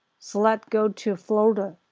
select go to folder,